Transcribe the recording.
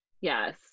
Yes